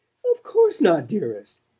of course not, dearest.